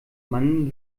man